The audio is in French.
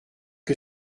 que